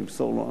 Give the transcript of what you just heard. אני אמסור לו.